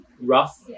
rough